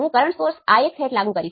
તેથી ત્યાં કોઈ KCL સમીકરણ નથી